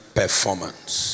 performance